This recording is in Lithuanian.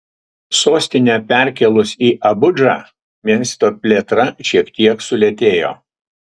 sostinę perkėlus į abudžą miesto plėtra šiek tiek sulėtėjo